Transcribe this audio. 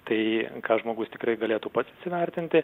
tai ką žmogus tikrai galėtų pats įsivertinti